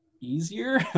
easier